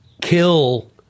kill